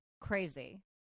crazy